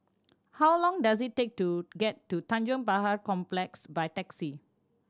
how long does it take to get to Tanjong Pagar Complex by taxi